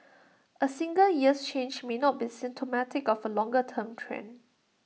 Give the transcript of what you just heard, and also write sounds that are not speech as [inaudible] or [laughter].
[noise] A single year's change may not be symptomatic of A longer term trend